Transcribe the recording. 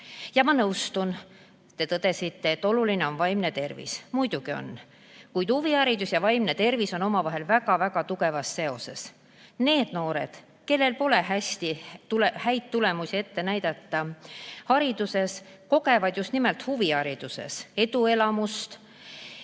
olen nõus. Te tõdesite, et oluline on vaimne tervis. Muidugi on, kuid huviharidus ja vaimne tervis on omavahel väga tugevas seoses. Need noored, kellel pole häid tulemusi ette näidata hariduses, kogevad just nimelt huvihariduses eduelamust.